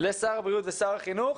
לשר הבריאות ושר החינוך.